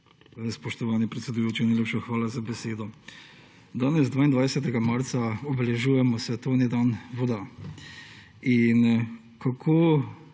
Spoštovani predsedujoči, najlepša hvala za besedo. Danes, 22. marca, obeležujemo svetovni dan voda. Kako